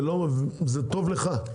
וזה טוב לך,